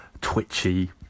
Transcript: twitchy